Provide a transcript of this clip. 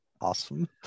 Awesome